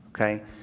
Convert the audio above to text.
Okay